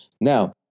Now